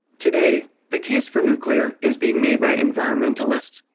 today, the case for nuclear is being made by environmentalists,